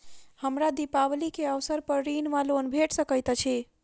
हमरा दिपावली केँ अवसर पर ऋण वा लोन भेट सकैत अछि?